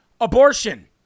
abortion